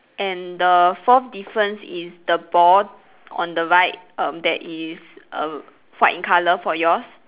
and the fourth difference is the ball on the right um there is a white in colour for yours